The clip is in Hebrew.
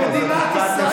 מדינת ישראל, לא.